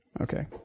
Okay